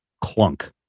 clunk